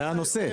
זה הנושא.